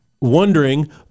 wondering